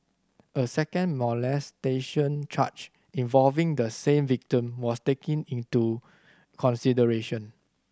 a second molestation charge involving the same victim was taken into consideration